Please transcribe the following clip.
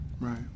right